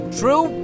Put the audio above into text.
true